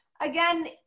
again